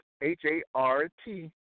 H-A-R-T